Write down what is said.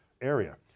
area